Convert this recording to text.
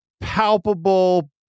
palpable